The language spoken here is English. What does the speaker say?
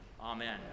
Amen